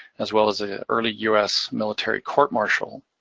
as well as a early us military court-martial.